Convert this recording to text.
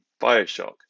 Bioshock